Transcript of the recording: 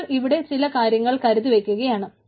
നമ്മൾ ഇവിടെ ചില കാര്യങ്ങൾ കരുതിവയ്ക്കുകയാണ്